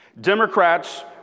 Democrats